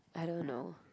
I don't know